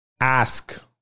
ask